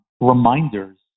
reminders